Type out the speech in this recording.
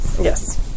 Yes